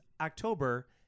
October